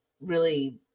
really-